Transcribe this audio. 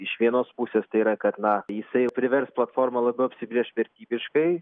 iš vienos pusės tai yra kad na jisai privers platformą labiau apsibrėšt vertybiškai